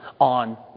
on